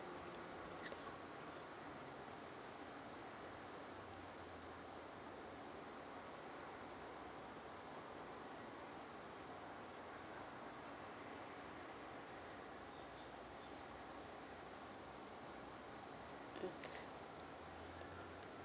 mm